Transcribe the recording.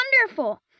wonderful